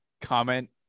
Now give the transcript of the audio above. comment